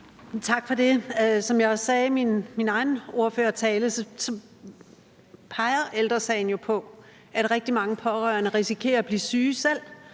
Tak for det. Som jeg også sagde i min egen ordførertale, peger Ældre Sagen jo, på at rigtig mange pårørende risikerer selv at blive syge af